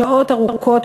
שעות ארוכות,